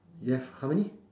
you have how many